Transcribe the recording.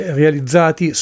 realizzati